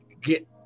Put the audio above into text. get